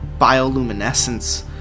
bioluminescence